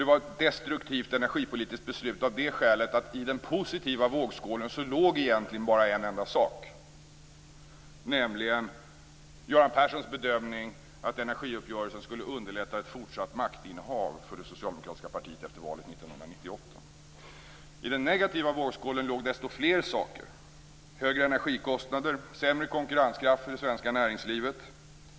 Det var ett destruktivt energipolitiskt beslut av det skälet att i den positiva vågskålen låg egentligen bara en enda sak, nämligen Göran Perssons bedömning att energiuppgörelsen skulle underlätta ett fortsatt maktinnehav för det socialdemokratiska partiet efter valet I den negativa vågskålen låg desto fler saker: - Sämre konkurrenskraft för det svenska näringslivet.